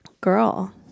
girl